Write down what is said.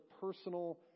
personal